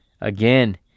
again